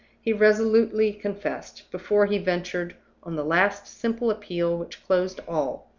he resolutely confessed, before he ventured on the last simple appeal which closed all,